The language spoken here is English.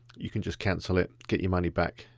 you can just cancel it, get your money back,